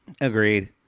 Agreed